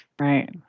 Right